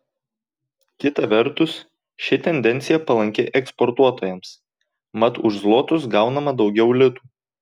kita vertus ši tendencija palanki eksportuotojams mat už zlotus gaunama daugiau litų